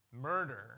murder